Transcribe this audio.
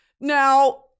Now